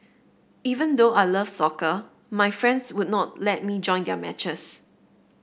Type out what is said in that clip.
even though I love soccer my friends would not let me join their matches